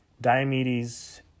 Diomedes